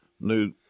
new